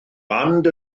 band